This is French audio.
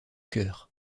cœur